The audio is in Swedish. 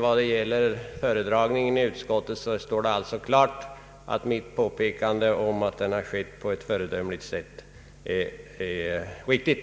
Vad gäller föredragningen i utskottet står det alltså klart att mitt påpekande om att den har skett på ett föredömligt sätt är riktigt.